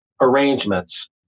arrangements